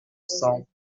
sans